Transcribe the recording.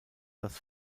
das